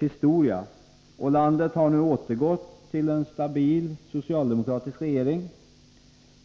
historia. Landet har nu återgått till en stabil socialdemokratisk regering.